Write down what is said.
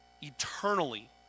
eternally